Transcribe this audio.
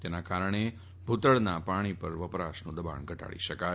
તેના કારણે ભુતળના પાણી પરનું વપરાશનું દબાણ ઘટાડી શકાય